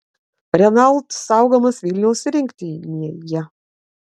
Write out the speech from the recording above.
renault saugomas vilniaus rinktinėje